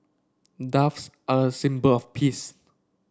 doves are a symbol of peace